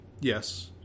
Yes